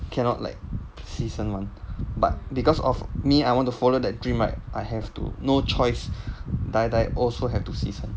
cannot like 牺牲 [one] but because of me I want to follow that dream right I have to no choice die die also have to 牺牲